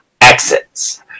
exits